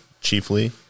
chiefly